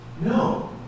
No